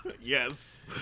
yes